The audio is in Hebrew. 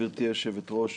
גברתי היושבת-ראש,